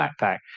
backpack